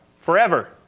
forever